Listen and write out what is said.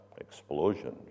explosion